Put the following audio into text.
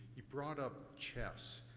you brought up chess,